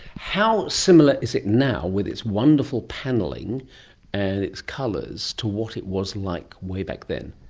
how similar is it now with its wonderful panelling and its colours to what it was like way back then?